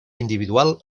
individual